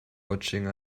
watching